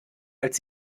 als